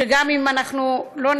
כך שגם אם לא נהיה,